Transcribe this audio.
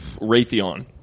Raytheon